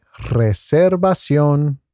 reservación